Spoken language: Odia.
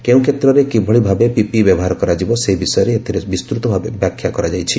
କେଉଁ କ୍ଷେତ୍ରରେ କିଭଳି ଭାବେ ପିପିଇ ବ୍ୟବହାର କରାଯିବ ସେ ବିଷୟରେ ଏଥିରେ ବିସ୍ତୃତଭାବେ ବ୍ୟାଖ୍ୟା କରାଯାଇଛି